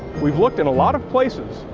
we've looked in a lot of places,